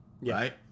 right